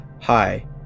Hi